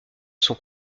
sont